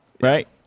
right